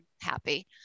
happy